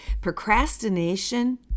Procrastination